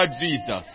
Jesus